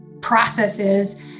processes